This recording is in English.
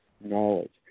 knowledge